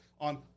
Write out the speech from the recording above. on